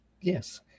Yes